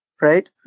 right